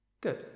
Good